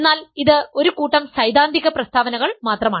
എന്നാൽ ഇത് ഒരു കൂട്ടം സൈദ്ധാന്തിക പ്രസ്താവനകൾ മാത്രമാണ്